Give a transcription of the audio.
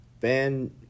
Ben